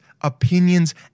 opinions